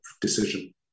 decision